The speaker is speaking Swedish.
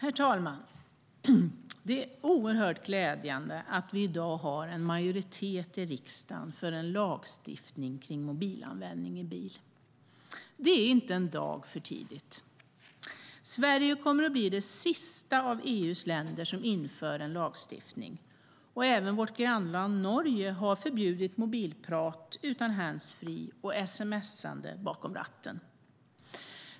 Fru talman! Det är oerhört glädjande att vi i dag har en majoritet i riksdagen för en lagstiftning om mobilanvändning i bil. Det är inte en dag för tidigt. Sverige kommer att bli det sista av EU:s länder som inför en sådan lagstiftning. Även vårt grannland Norge har förbjudit mobilprat utan handsfree och sms:ande bakom ratten.